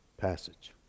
passage